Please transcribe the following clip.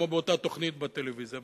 כמו באותה תוכנית בטלוויזיה.